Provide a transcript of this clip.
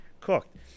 cooked